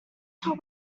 tell